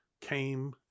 came